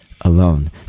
alone